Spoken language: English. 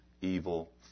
evil